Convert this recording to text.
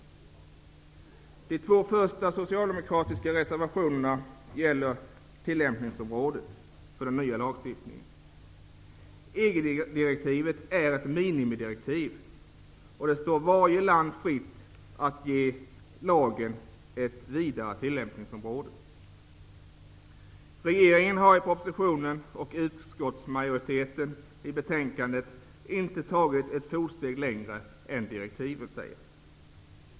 De två första socialdemokratiska reservationerna gäller tillämpningsområdet för den nya lagstiftningen. EG-direktivet är ett minimidirektiv, och det står varje land fritt att ge lagen ett vidare tillämpningsområde. Regeringen har i propositionen och utskottmajoriteten har i betänkandet inte tagit ett fotsteg längre än vad som anges i direktiven.